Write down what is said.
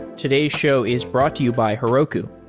today's show is brought to you by heroku,